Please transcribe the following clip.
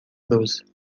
روز